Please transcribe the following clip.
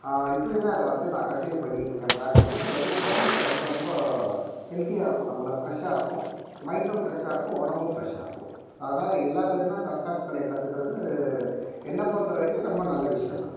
இப்போயுமே அதை வந்து நான் கன்ட்டினியூ பண்ணிக்கிட்டிருக்கேன் பிராக்டிஸ்ஸு அது வந்து உடம்புக்கு ரொம்ப ரொம்ப ஹெல்த்தியாக இருக்கும் நம்மளை ஃப்ரஷ்ஷாக இருக்கும் மைண்டும் ஃப்ரஷ்ஷாக இருக்கும் உடம்பும் ஃப்ரஷ்ஷாக இருக்கும் அதனாலே எல்லா பேரும் தற்காப்பு கலையை கற்றுக்கிறது என்னை பொறுத்த வரைக்கும் ரொம்ப நல்ல விஷயம் தான்